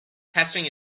testing